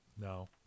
No